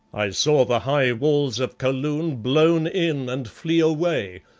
i saw the high walls of kaloon blown in and flee away,